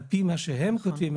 על פי מה שהם כותבים,